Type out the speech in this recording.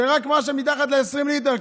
שרק מה שמתחת ל-20 ליטר,